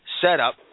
setup